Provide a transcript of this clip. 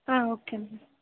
ಹಾಂ okay madam